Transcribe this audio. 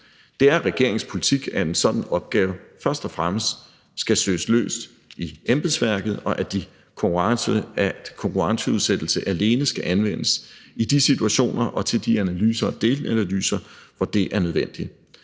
Det er regeringens politik, at en sådan opgave først og fremmest skal søges løst i embedsværket, og at konkurrenceudsættelse alene skal anvendes i de situationer og til de analyser og delanalyser, hvor det er nødvendigt.